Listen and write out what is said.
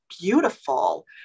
beautiful